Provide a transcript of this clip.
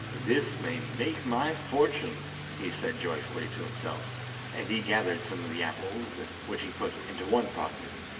this may make my fortune he said joyfully to himself and he gathered some of the apples, which he put into one pocket,